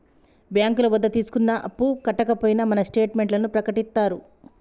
బ్యాంకుల వద్ద తీసుకున్న అప్పు కట్టకపోయినా మనకు స్టేట్ మెంట్లను ప్రకటిత్తారు